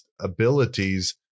abilities